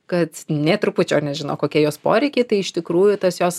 kad nė trupučio nežino kokie jos poreikiai tai iš tikrųjų tas jos